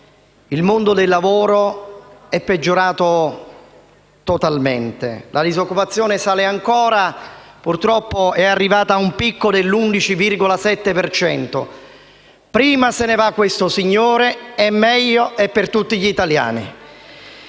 il mondo del lavoro è peggiorato totalmente. La disoccupazione sale ancora e purtroppo è arrivata ad un picco dell’11,7 per cento. Prima se ne va questo signore e meglio è per tutti gli italiani.